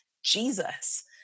jesus